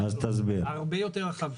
הרבה יותר רחב.